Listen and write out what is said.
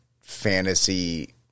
fantasy